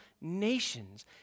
nations